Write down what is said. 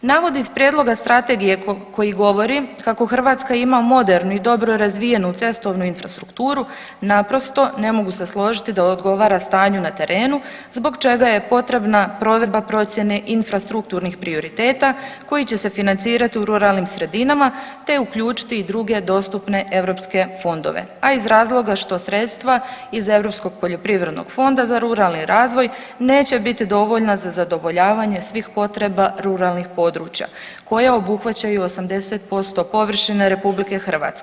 Navod iz prijevoda strategije koji govori kako Hrvatska ima modernu i dobro razvijenu cestovnu infrastrukturu naprosto ne mogu se složiti da odgovara stanju na terenu zbog čega je potrebna provedba procjene infrastrukturnih prioriteta koji će se financirati u ruralnim sredinama te uključiti i druge dostupne europske fondove, a iz razloga što sredstava iz Europskog poljoprivrednog fonda za ruralni razvoj neće biti dovoljna za zadovoljavanje svih potreba ruralnih područja koja obuhvaćaju 80% površine RH.